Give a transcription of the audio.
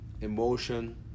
Emotion